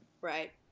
Right